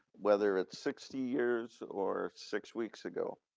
whether it's sixty years or six weeks ago.